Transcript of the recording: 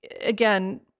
again